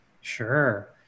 Sure